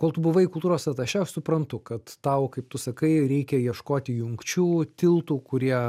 kol tu buvai kultūros atašė aš suprantu kad tau kaip tu sakai reikia ieškoti jungčių tiltų kurie